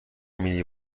مینی